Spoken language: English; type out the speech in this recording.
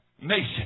nation